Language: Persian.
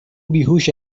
بیهوش